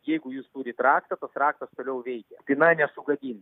jeigu jūs turit raktą tas raktas toliau veikia spyna nesugadin